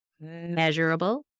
measurable